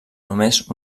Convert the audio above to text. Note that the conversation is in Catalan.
només